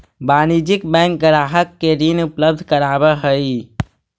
वाणिज्यिक बैंक ग्राहक के ऋण उपलब्ध करावऽ हइ